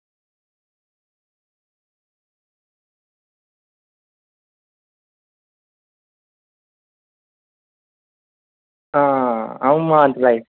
आं अं'ऊ मानतलाई